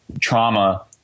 trauma